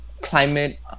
climate